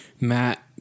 matt